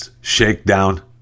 shakedown